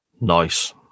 Nice